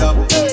up